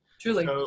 Truly